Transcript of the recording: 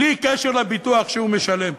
בלי קשר לביטוח שהוא משלם.